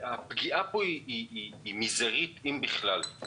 הפגיעה פה היא מזערית, אם בכלל.